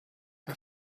her